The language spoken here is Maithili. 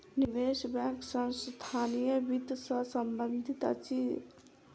निवेश बैंक संस्थानीय वित्त सॅ संबंधित अछि